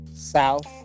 South